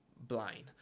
blind